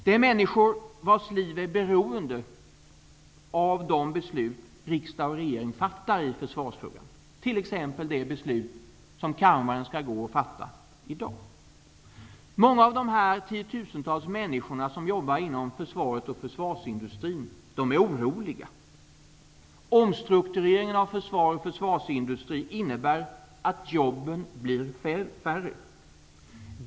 Det är människor vars liv är beroende av de beslut riksdag och regering fattar i försvarsfrågor, t.ex. det beslut som kammaren skall gå att fatta i dag. Många av dessa tiotusentals människor som jobbar inom försvaret och försvarsindustrin är oroliga. Omstruktureringen av försvar och försvarsindustri innebär att jobben blir färre.